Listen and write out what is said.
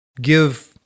give